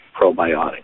probiotic